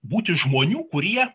būti žmonių kurie